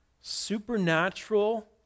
supernatural